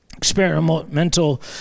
Experimental